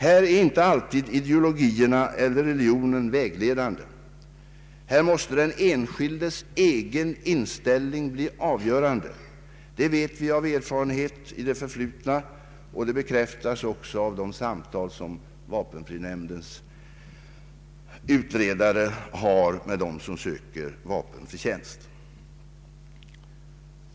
Här är inte alltid ideologin eller religionen vägledande. Den enskildes egen inställning måste bli avgörande. Det vet vi av erfarenhet i det förflutna, och det bekräftas också av de samtal som vapenfrinämndens utredare har med dem som söker vapenfri tjänst.